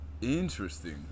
Interesting